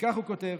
וכך הוא כותב: